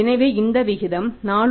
எனவே இந்த விகிதம் 4